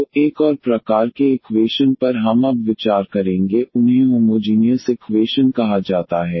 तो एक और प्रकार के इक्वेशन पर हम अब विचार करेंगे उन्हें होमोजीनियस इक्वेशन कहा जाता है